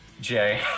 Jay